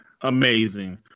amazing